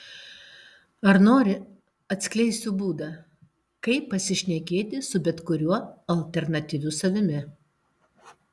ar nori atskleisiu būdą kaip pasišnekėti su bet kuriuo alternatyviu savimi